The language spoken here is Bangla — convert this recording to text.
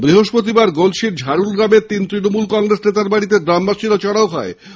বৃহস্পতিবার গলসীর ঝাড়ল গ্রামে তিন তৃণমূল কংগ্রেস নেতার বাড়িতে গ্রামবাসীরা চড়াও হন